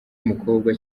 umukobwa